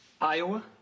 Iowa